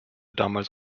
damals